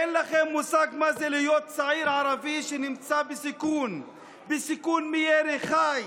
אין לכם מושג מה זה להיות צעיר ערבי שנמצא בסיכון מירי חי